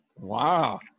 Wow